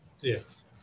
Yes